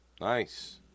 nice